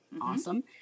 Awesome